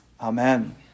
Amen